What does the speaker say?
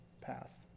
path